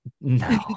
no